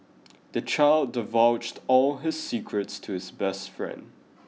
the child divulged all his secrets to his best friend